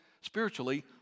spiritually